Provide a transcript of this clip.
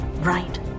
right